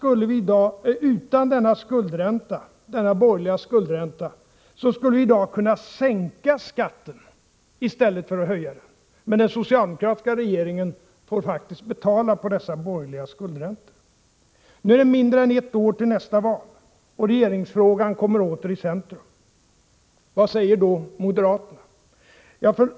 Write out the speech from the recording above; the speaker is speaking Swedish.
Utan denna skuldbörda skulle vi i dag kunna sänka skatten i stället för att höja den, men den socialdemokratiska regeringen får faktiskt betala på dessa borgerliga skuldräntor. Nu är det mindre än ett år till nästa val, och regeringsfrågan kommer åter i centrum. Vad säger då moderaterna?